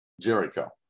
Jericho